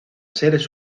seres